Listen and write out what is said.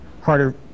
harder